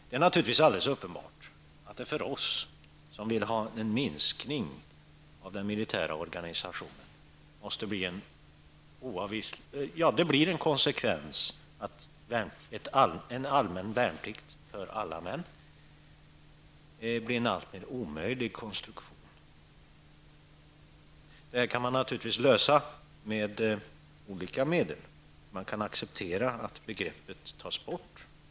Det är naturligtvis alldeles uppenbart att konsekvensen för oss som vill ha en minskning av den militära organisationen blir att en allmän värnplikt för alla män kommer att utgöra en alltmer omöjlig konstruktion. Det kan man naturligtvis lösa med olika medel. Man kan acceptera att begreppet tas bort.